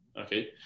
okay